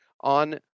on